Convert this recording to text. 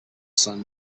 sun